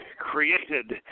created